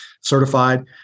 certified